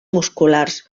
musculars